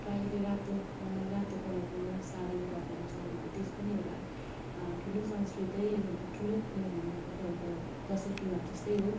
प्रायःले रातो रातो कलरको साडी लगाउँछ उनीहरूको तिज पनि एउटा ठुलो संस्कृतै अब ठुलो उयो नहुनुको दसैँ तिहारजस्तै हो